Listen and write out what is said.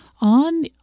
on